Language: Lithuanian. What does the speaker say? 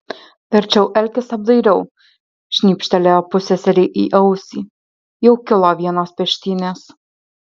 verčiau elkis apdairiau šnypštelėjo pusseserei į ausį jau kilo vienos peštynės